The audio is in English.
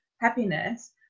happiness